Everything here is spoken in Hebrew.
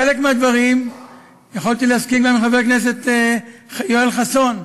בחלק מהדברים יכולתי להסכים גם עם חבר הכנסת יואל חסון,